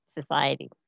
Society